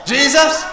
Jesus